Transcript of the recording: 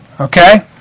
okay